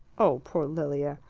oh, poor lilia!